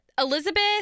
Elizabeth